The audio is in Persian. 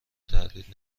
تردید